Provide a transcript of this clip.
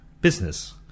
business